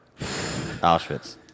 Auschwitz